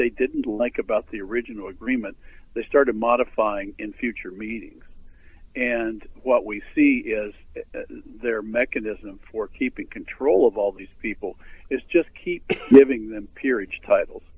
they didn't like about the original agreement they started modifying in future meetings and what we see as their mechanism for keeping control of all these people is just keep giving them peerage titles